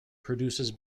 produces